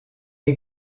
est